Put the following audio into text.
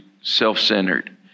self-centered